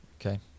Okay